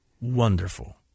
wonderful